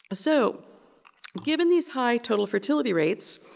but so given these high total fertility rates,